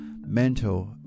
mental